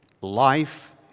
Life